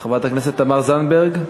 חברת הכנסת תמר זנדברג,